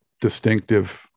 distinctive